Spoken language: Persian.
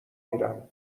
میرم